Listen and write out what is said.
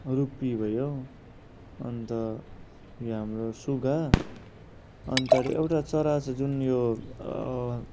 रुपी भयो अन्त यहाँ हाम्रो सुगा अन्त र एउटा चरा छ जुन यो